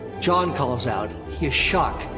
jon calls out, he is shocked,